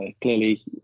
clearly